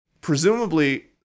presumably